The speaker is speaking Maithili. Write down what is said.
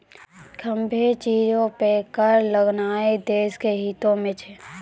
सभ्भे चीजो पे कर लगैनाय देश के हितो मे छै